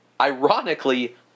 Ironically